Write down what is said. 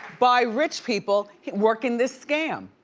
by rich people working this scam,